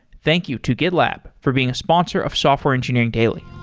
thank you to gitlab for being a sponsor of software engineering daily.